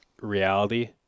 reality